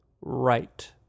right